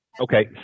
Okay